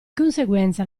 conseguenza